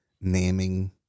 naming